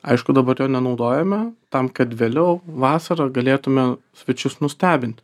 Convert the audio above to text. aišku dabar jo nenaudojame tam kad vėliau vasarą galėtume svečius nustebinti